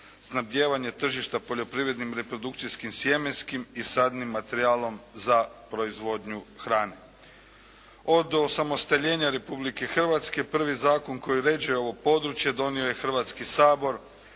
snabdijevanja tržišta poljoprivrednim, reprodukcijskim sjemenskim i sadnim materijalom za proizvodnju hrane. Od osamostaljenja Republike Hrvatske prvi zakon koji uređuje ovo područje donio je Hrvatski sabor